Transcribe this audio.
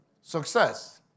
success